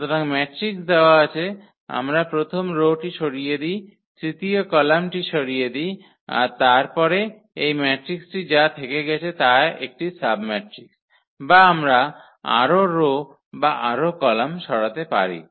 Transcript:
সুতরাং ম্যাট্রিক্স দেওয়া আছে আমরা প্রথম রো টি সরিয়ে দিই তৃতীয় কলামটি সরিয়ে দিই আর তারপরে যা এই ম্যাট্রিক্সটি যা থেকে গেছে তা একটি সাবম্যাট্রিক্স বা আমরা আরও রো বা আরও কলাম সরাতে পারি